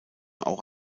auch